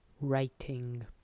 writing